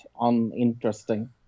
uninteresting